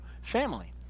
family